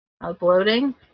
uploading